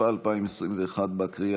במגדל